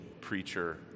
preacher